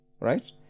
Right